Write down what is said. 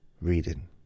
reading